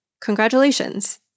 congratulations